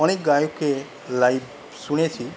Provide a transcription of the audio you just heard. অনেক গায়কের লাইভ শুনেছি